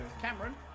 Cameron